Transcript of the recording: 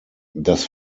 das